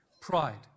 Pride